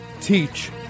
Teach